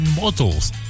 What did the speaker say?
models